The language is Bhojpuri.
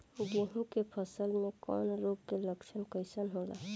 गेहूं के फसल में कवक रोग के लक्षण कइसन होला?